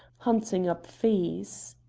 hunting up fees.